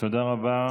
תודה רבה.